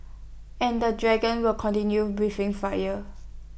and the dragon will continue breathing fire